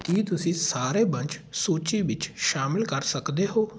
ਕੀ ਤੁਸੀਂ ਸਾਰੇ ਬੰਚ ਸੂਚੀ ਵਿੱਚ ਸ਼ਾਮਿਲ ਕਰ ਸਕਦੇ ਹੋ